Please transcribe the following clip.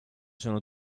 sono